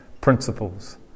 principles